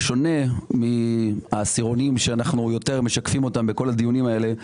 בשונה מהעשירונים שאנחנו יותר משקפים אותם בדיונים האלה,